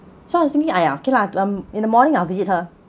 so I was thinking !aiya! okay lah to~ um in the morning I visit her